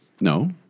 No